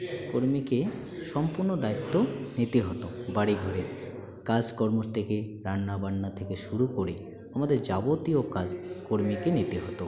কর্মীকে সম্পূর্ণ দ্বায়িত্ব নিতে হতো বাড়ি ঘরের কাজকর্মর থেকে রান্নাবান্না থেকে শুরু করে আমাদের যাবতীয় কাজ কর্মীকে নিতে হতো